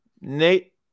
Nate